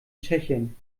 tschechien